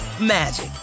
magic